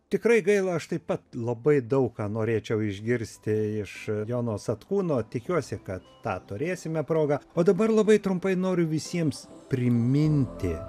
tikrai gaila aš taip pat labai daug ką norėčiau išgirsti iš jono satkūno tikiuosi kad tą turėsime progą o dabar labai trumpai noriu visiems priminti